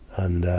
and,